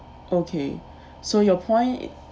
okay so your point